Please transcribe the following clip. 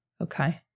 Okay